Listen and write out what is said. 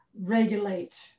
regulate